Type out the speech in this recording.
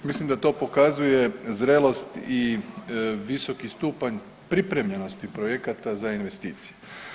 Mislim da to pokazuje zrelost i visoki stupanj pripremljenosti projekata za investicije.